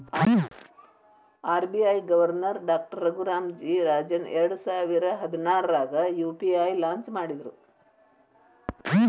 RBI governor doctor Raghuram G Rajan ಎರಡಸಾವಿರ ಹದ್ನಾರಾಗ UPI launch ಮಾಡಿದ್ರು